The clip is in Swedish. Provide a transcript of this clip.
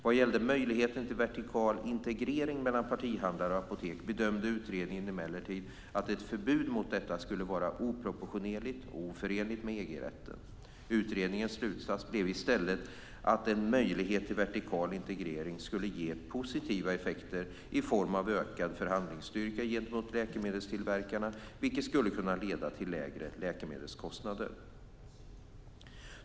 Vad gällde möjligheten till vertikal integrering mellan partihandlare och apotek bedömde utredningen emellertid att ett förbud mot detta skulle vara oproportionerligt och oförenligt med EG-rätten. Utredningens slutsats blev i stället att en möjlighet till vertikal integrering skulle ge positiva effekter i form av ökad förhandlingsstyrka gentemot läkemedelstillverkarna, vilket skulle kunna leda till lägre läkemedelskostnader.